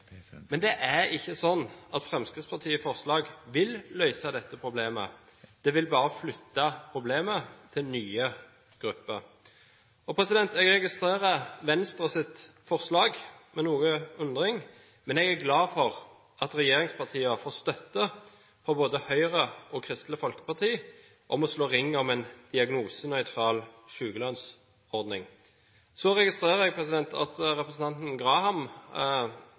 Men det er ikke sånn at Fremskrittspartiets forslag vil løse dette problemet – det vil bare flytte problemet til nye grupper. Jeg registrerer Venstres forslag med noe undring. Men jeg er glad for at regjeringspartiene får støtte fra både Høyre og Kristelig Folkeparti for å slå ring om en diagnosenøytral sykelønnsordning. Så registrerer jeg at representanten Graham